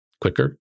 quicker